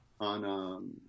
on